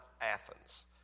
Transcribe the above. Athens